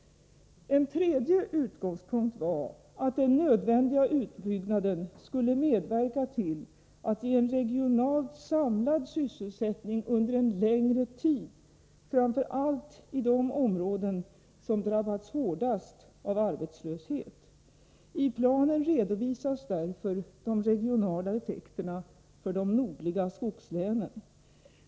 En tredje utgångspunkt var att den nödvändiga utbyggnaden skulle medverka till att ge en regionalt samlad sysselsättning under en längre tid, framför allt i de områden som drabbats hårdast av arbetslöshet. I planen redovisas därför de regionala effekterna för de nordliga skogslänen.